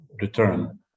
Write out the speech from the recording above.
return